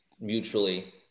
mutually